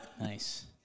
Nice